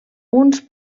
uns